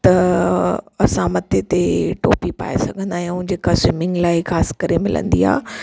त असां मथे ते टोपी पाए सघंदा आहियूं जेका स्विमिंग लाइ ख़ासि करे मिलंदी आहे